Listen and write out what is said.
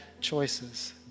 choices